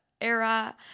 era